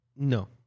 No